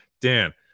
Dan